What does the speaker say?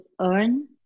earn